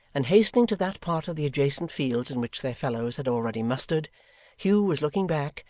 and hastening to that part of the adjacent fields in which their fellows had already mustered hugh was looking back,